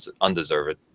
undeserved